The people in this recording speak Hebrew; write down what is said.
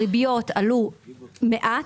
הריביות עלו מעט,